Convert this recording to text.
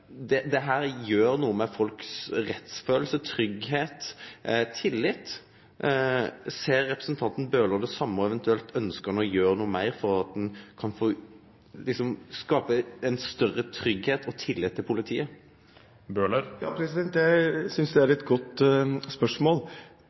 tillit. Ser representanten Bøhler det same, og, eventuelt, ønskjer han å gjere noko meir for å skape ein større tryggleik og tillit til politiet? Jeg synes det er et godt spørsmål. Det er